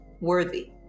worthy